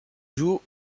jour